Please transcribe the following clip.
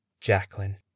Jacqueline